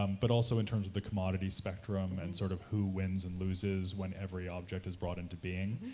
um but also in terms of the commodity spectrum, and sort of who wins and loses when every object is brought into being,